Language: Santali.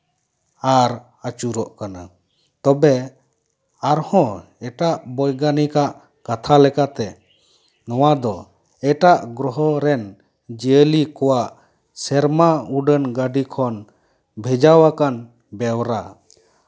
ᱟᱨ ᱟᱹᱪᱩᱨᱚᱜ ᱠᱟᱱᱟ ᱛᱚᱵᱮ ᱟᱨᱦᱚᱸ ᱮᱴᱟᱜ ᱵᱳᱭᱜᱟᱱᱤᱠ ᱟᱜ ᱠᱟᱛᱷᱟ ᱞᱮᱠᱟᱛᱮ ᱱᱚᱶᱟ ᱫᱚ ᱮᱴᱟᱜ ᱜᱨᱚᱦᱚ ᱨᱮᱱ ᱡᱤᱭᱟᱹᱞᱤ ᱠᱚᱣᱟᱜ ᱥᱮᱨᱢᱟ ᱩᱰᱟᱹᱱ ᱜᱟᱹᱰᱤ ᱠᱷᱚᱱ ᱵᱷᱮᱡᱟ ᱟᱠᱟᱱ ᱵᱮᱣᱨᱟ